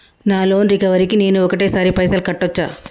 నా loan recovery కి నేను ఒకటేసరి పైసల్ కట్టొచ్చా?